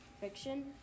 fiction